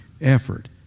effort